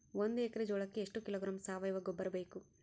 ಒಂದು ಎಕ್ಕರೆ ಜೋಳಕ್ಕೆ ಎಷ್ಟು ಕಿಲೋಗ್ರಾಂ ಸಾವಯುವ ಗೊಬ್ಬರ ಬೇಕು?